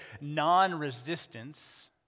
non-resistance